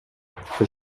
för